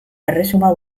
erresuma